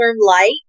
light